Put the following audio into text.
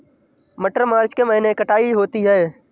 मटर मार्च के महीने कटाई होती है?